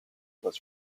was